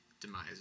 demise